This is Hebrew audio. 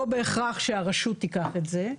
לא בהכרח שהרשות תיקח את זה,